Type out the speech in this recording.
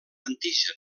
antigen